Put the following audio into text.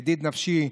ידיד נפשי,